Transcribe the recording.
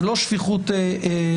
זה לא שפיכות דמים,